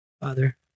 Father